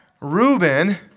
Reuben